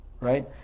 Right